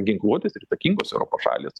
ginkluotės ir įtakingos europos šalys